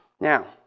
Now